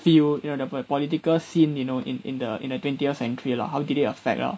field in the the political scene you know in in the in the twentieth century lah how did it affect lah